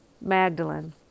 Magdalene